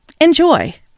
Enjoy